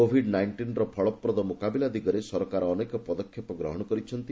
Covid ନାଇଷ୍ଟିନ୍ର ଫଳପ୍ରଦ ମୁକାବିଲା ଦିଗରେ ସରକାର ଅନେକ ପଦକ୍ଷେପ ଗ୍ରହଣ କରିଛନ୍ତି